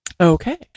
Okay